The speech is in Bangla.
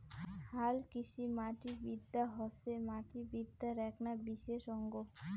হালকৃষিমাটিবিদ্যা হসে মাটিবিদ্যার এ্যাকনা বিশেষ অঙ্গ